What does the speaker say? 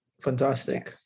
fantastic